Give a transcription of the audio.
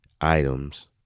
items